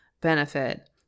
benefit